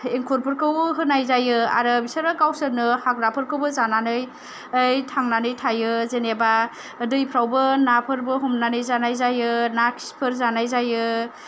एंखुरफोखौबो होनाय जायो आरो बिसोरो गावसोरनो हाग्राफोरखौबो जानानै थांनानै थायो जेनेबा दैफ्रावबो नाफोरबो हमनानै जानाय जायो ना खिफोर जानाय जायो